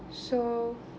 so